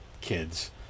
kids